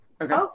Okay